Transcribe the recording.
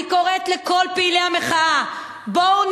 אני קוראת לכל פעילי המחאה: בואו,